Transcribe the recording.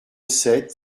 sept